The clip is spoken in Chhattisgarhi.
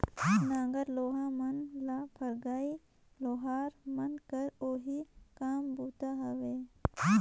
नांगर लोहा मन ल फरगई लोहार मन कर ओही काम बूता हवे